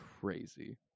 crazy